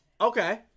Okay